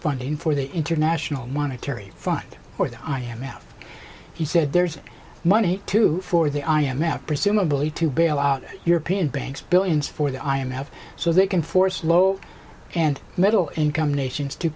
funding for the international monetary fund or the i m f he said there's money to for the i m f presumably to bail out european banks billions for the i m f so they can force low and middle income nations to